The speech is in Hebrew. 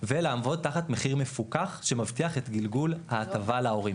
ולעבוד תחת מחיר מפוקח שמבטיח את גלגול ההטבה להורים,